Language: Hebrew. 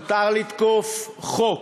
מותר לתקוף חוק,